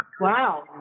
Wow